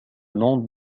nom